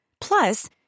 Plus